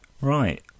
right